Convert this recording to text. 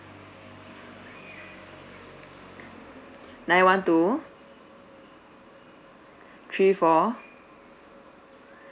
nine one two three four